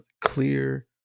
clear